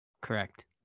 Correct